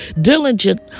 diligent